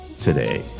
today